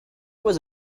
was